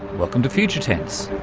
welcome to future tense.